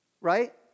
right